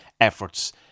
efforts